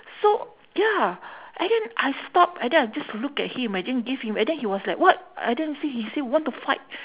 so ya and then I stopped and then I just looked at him I didn't give him and then he was like what I think he say he say want to fight